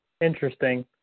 Interesting